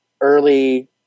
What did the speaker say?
early